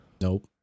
Nope